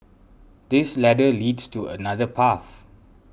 this ladder leads to another path